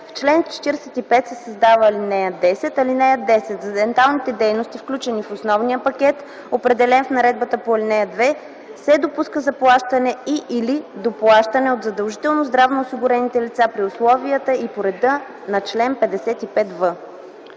В чл. 45 се създава ал. 10: „(10) За денталните дейности, включени в основния пакет, определен в наредбата по ал. 2, се допуска заплащане и/или доплащане от задължително здравноосигурените лица, при условията и по реда на чл. 55в.”